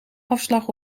afslag